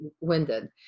winded